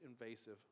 invasive